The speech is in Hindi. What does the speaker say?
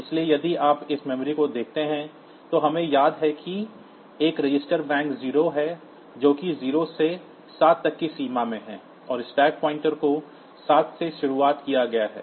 इसलिए यदि आप इस मेमोरी को देखते हैं तो हमें याद है कि एक रजिस्टर बैंक 0 है जो कि 0 से 7 तक की सीमा में है और स्टैक पॉइंटर को 7 से शुरू किया गया है